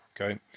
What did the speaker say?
okay